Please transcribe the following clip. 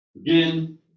Again